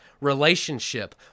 Relationship